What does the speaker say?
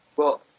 well,